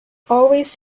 always